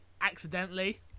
accidentally